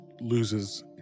loses